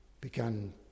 began